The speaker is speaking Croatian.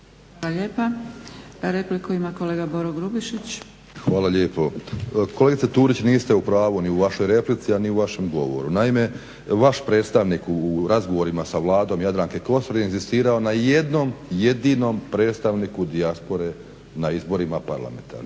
Hvala lijepa. Repliku ima kolega Boro Grubišić. **Grubišić, Boro (HDSSB)** Hvala lijepa. Kolegice Turić niste u pravu ni u vašoj replici, a ni u vašem govoru. Naime, vaš predstavnik u razgovorima sa Vladom Jadranke Kosor je inzistirao na jednom jedinom predstavniku dijaspore na izborima parlamentarnim.